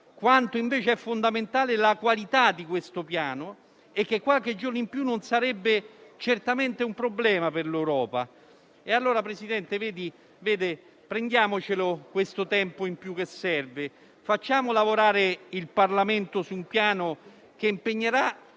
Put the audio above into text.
quanto invece è fondamentale la qualità di questo Piano e che qualche giorno in più non sarebbe certamente un problema per l'Europa. Allora, Presidente, prendiamoci questo tempo in più che serve, facciamo lavorare il Parlamento su un Piano che impegnerà